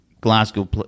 Glasgow